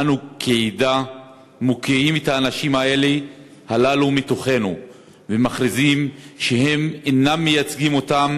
אנו כעדה מוקיעים את האנשים הללו ומכריזים שהם אינם מייצגים אותנו